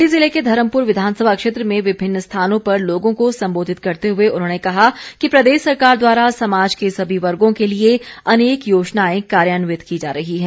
मंडी ज़िले के धर्मपुर विधानसभा क्षेत्र में विभिन्न स्थानों पर लोगों को संबोधित करते हुए उन्होंने कहा कि प्रदेश सरकार द्वारा समाज के सभी वर्गों के लिए अनेक योजनाएं कार्यान्वित की जा रही हैं